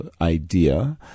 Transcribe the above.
idea